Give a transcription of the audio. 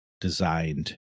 designed